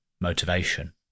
motivation